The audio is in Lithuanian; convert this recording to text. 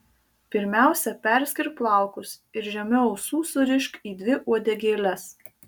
pirmiausia perskirk plaukus ir žemiau ausų surišk į dvi uodegėles